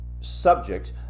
subjects